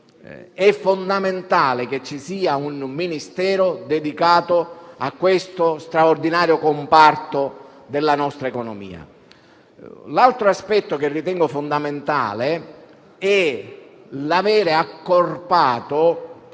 è fondamentale che ci sia un Ministero dedicato a questo straordinario comparto della nostra economia. L'altro aspetto che ritengo fondamentale è l'aver accorpato